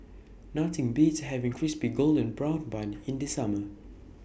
Nothing Beats having Crispy Golden Brown Bun in The Summer